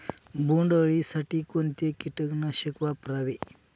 बोंडअळी साठी कोणते किटकनाशक वापरावे?